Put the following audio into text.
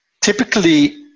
Typically